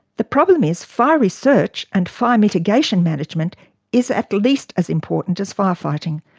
the problem is fire research and fire mitigation management is at least as important as fire-fighting,